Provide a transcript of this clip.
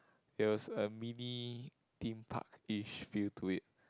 there was a mini Theme Park ish bulding to it